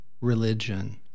religion